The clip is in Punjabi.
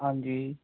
ਹਾਂਜੀ